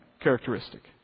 characteristic